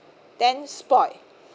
then spoiled